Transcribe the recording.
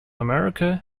america